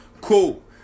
Cool